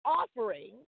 offering